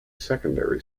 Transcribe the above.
secondary